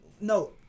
no